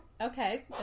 Okay